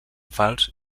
falç